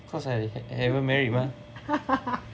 cause I I haven't married mah